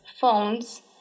phones